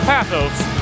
Pathos